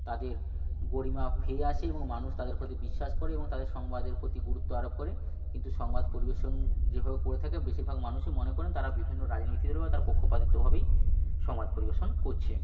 তাদের গরিমা ফিরে আসে এবং মানুষ তাদের প্রতি বিশ্বাস করে এবং তাদের সংবাদের প্রতি গুরুত্ব আরোপ করে কিন্তু সংবাদ পরিবেশন যেভাবে করে থাকে বেশিরভাগ মানুষই মনে করেন তারা বিভিন্ন রাজনৈতিক দল বা তার পক্ষপাতিত্বভাবেই সংবাদ পরিবেশন করছে